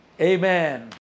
Amen